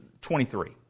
twenty-three